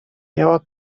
miała